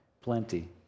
plenty